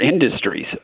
industries